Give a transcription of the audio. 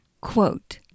Quote